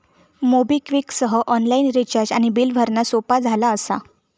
MobiKwik सह online recharge आणि bill भरणा सोपा झाला असा